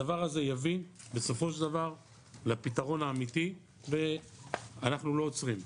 הדבר הזה יביא בסופו של דבר לפתרון האמיתי ואנחנו לא עוצרים.